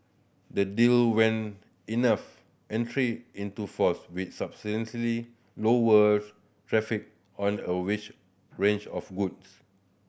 the deal when enough entry into force will substantially lower traffic on a witch range of goods